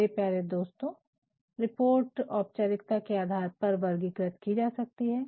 मेरे प्यारे दोस्तों रिपोर्ट्स औपचारिकता के आधार पर वर्गीकृत कि जा सकती हैं